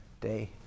day